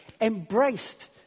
embraced